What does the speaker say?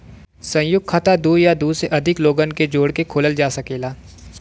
संयुक्त खाता दू या दू से अधिक लोगन के जोड़ के खोलल जा सकेला